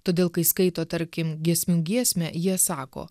todėl kai skaito tarkim giesmių giesmę jie sako